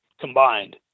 combined